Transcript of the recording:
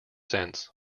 sense